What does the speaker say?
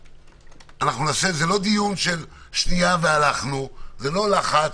זה לא דיון של שנייה, בלי לחץ.